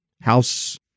House